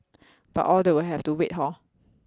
but all that will have to wait hor